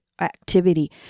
activity